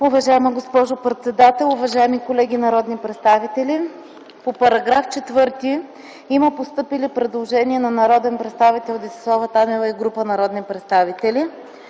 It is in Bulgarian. Уважаема госпожо председател, уважаеми колеги народни представители! По § 4 има постъпило предложение на народния представител Десислава Танева и група народни представители,